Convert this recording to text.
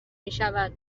میشود